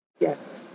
Yes